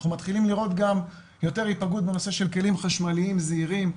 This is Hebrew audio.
אנחנו מתחילים לראות גם יותר היפגעות בנושא של כלים חשמליים זעירים,